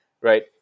right